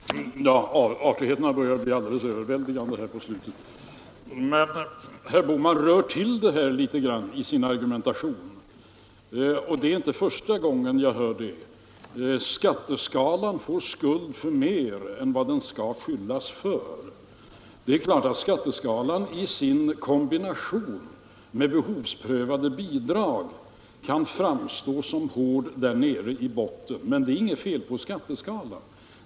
Herr talman! Artigheten har börjat bli alldeles överväldigande här på slutet, men herr Bohman rör till det litet i sin argumentation. Det är inte första gången jag hör att skatteskalan får skulden för mer än vad den skall skyllas för. Det är klart att skatteskalan i kombination med behovsprövade bidrag kan framstå som hård där nere i botten. Men det är inget fel på skatteskalan.